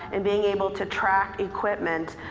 and being able to track equipment.